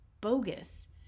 bogus